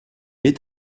est